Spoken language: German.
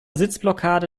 sitzblockade